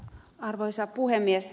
arvoisa puhemies